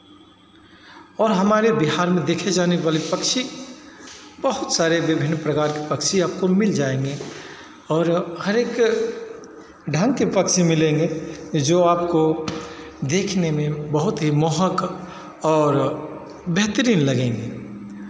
और हमारे बिहार में देखे जाने वाले पक्षी बहुत प्रकार के विभिन्न पक्षी आपको मिल जाएंगे और हरेक ढंग के पक्षी मिलेंगे जो आपको देखने में बहुत ही मोहक और बेहतरीन लगेंगे